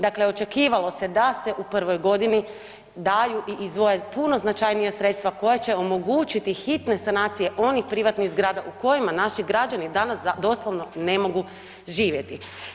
Dakle očekivalo se da se u prvoj godini daju i izdvoje puno značajnija sredstva koja će omogućiti hitne sanacije onih privatnih zgrada u kojima naši građani danas doslovno ne mogu živjeti.